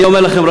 אני אומר לכם,